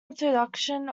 introduction